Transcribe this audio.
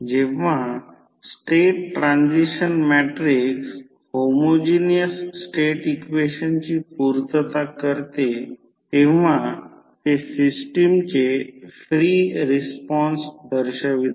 जेव्हा state transition matrix homogeneous state इक्वेशनची पूर्तता करते तेव्हा ते सिस्टमचे फ्री रिस्पॉन्स दर्शवतात